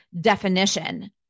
definition